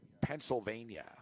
Pennsylvania